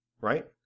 right